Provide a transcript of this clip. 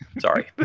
Sorry